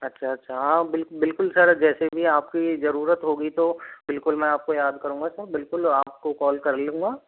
अच्छा अच्छा हाँ बिलकू बिल्कुल सर जैसे भी आ पकी ये जरूरत होगी तो बिल्कुल मैं आप को याद करूँगा सर बिल्कुल आप को कॉल कर लूँगा